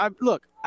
Look